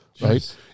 right